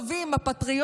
אתם עוכרי ישראל.